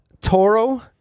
Toro